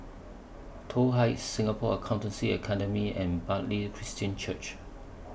Toh Heights Singapore Accountancy Academy and Bartley Christian Church